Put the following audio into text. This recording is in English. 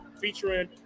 featuring